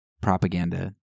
propaganda